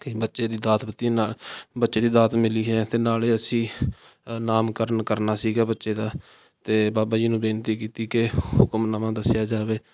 ਕਿ ਬੱਚੇ ਦੀ ਦਾਤ ਦਿੱਤੀ ਨਾ ਬੱਚੇ ਦੀ ਦਾਤ ਮਿਲੀ ਹੈ ਅਤੇ ਨਾਲੇ ਅਸੀਂ ਨਾਮਕਰਨ ਕਰਨਾ ਸੀਗਾ ਬੱਚੇ ਦਾ ਅਤੇ ਬਾਬਾ ਜੀ ਨੂੰ ਬੇਨਤੀ ਕੀਤੀ ਕਿ ਹੁਕਮਨਾਮਾ ਦੱਸਿਆ ਜਾਵੇ